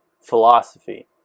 philosophy